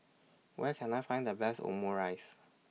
Where Can I Find The Best Omurice